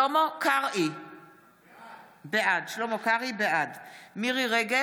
בעד מירי מרים רגב,